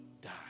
Die